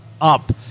up